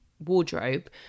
wardrobe